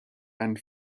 and